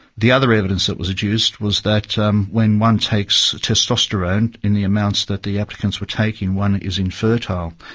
the other evidence that was adduced was that um when one takes testosterone in the amounts that the applicants were taking, one is infertile.